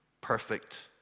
perfect